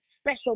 special